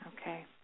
Okay